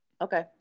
Okay